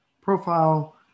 profile